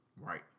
Right